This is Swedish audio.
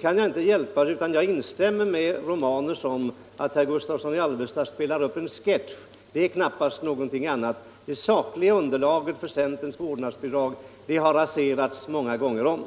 kan jag inte hjälpa att jag måste instämma med herr Romanus i att herr Gustavsson i Alvesta spelar upp en sketch. Det är inte någonting annat. Det sakliga underlaget för centerns vårdnadsbidrag har raserats många gånger om.